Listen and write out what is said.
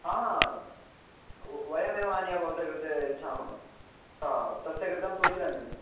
आह ओ वयमेव आनीय भवतः कृते यच्छामः ता तस्य कृते सूचयामि